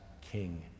king